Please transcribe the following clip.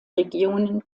regionen